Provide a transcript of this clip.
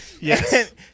Yes